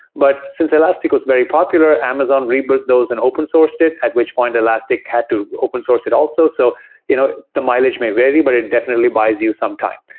but since elastic was very popular, amazon rebuilt those and open sourced it, at which point elastic had to open source it also. so you know the mileage may vary, but it definitely buys you some time.